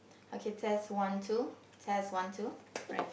okay test one two test one two right